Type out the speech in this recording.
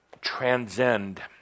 transcend